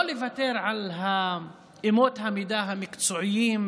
לא לוותר על אמות המידה המקצועיות,